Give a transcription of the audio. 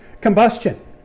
combustion